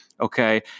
okay